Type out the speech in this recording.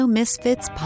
Misfits